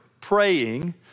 praying